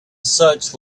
such